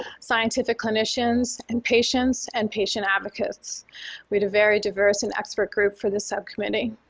scientific clinicians, and patients and patient advocates with a very diverse and expert group for the subcommittee.